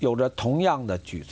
the older tone young that you